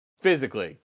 physically